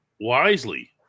wisely